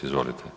Izvolite.